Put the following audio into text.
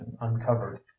uncovered